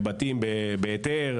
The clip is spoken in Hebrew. בבתים בהיתר,